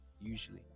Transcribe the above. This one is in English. usually